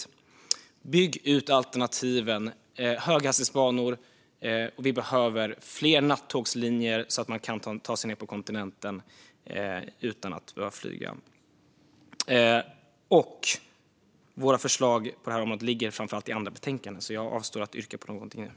Vi bör bygga ut alternativen, till exempel höghastighetsbanor. Vi behöver också fler nattågslinjer, så att man kan ta sig ned till kontinenten utan att behöva flyga. Miljöpartiets förslag på det här området ligger framför allt i andra betänkanden, så jag avstår från att yrka på någonting här.